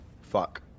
Fuck